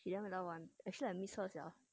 喜欢和她玩 actually I miss her sia